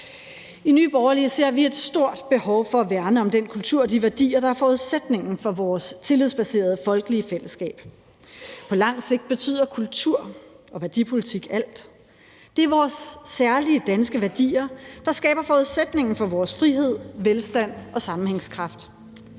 I Nye Borgerlige ser vi et stort behov for at værne om den kultur og de værdier, der er forudsætningen for vores tillidsbaserede folkelige fællesskab. På lang sigt betyder kultur og værdipolitik alt, det er vores særlige danske værdier, der skaber forudsætningen for vores frihed, velstand og sammenhængskraft.